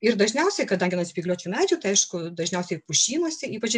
ir dažniausiai kadangi jin ant spygliuočių medžių tai aišku dažniausiai pušynuose ypač